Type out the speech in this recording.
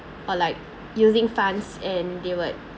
or like using funds and deward